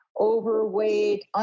overweight